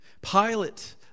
Pilate